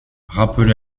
rappelé